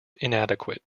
inadequate